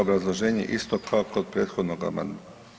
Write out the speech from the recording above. Obrazloženje je isto kao i kod prethodnog amandmana.